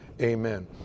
Amen